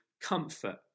comfort